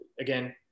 again